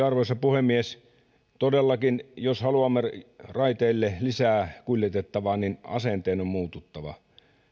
arvoisa puhemies todellakin jos haluamme raiteille lisää kuljetettavaa asenteen on muututtava